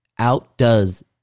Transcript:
outdoes